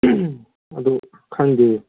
ꯑꯗꯨ ꯈꯪꯗꯦ